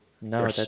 no